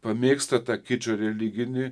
pamėgsta tą kičą religinį